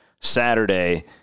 Saturday